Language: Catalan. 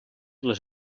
les